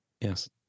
yes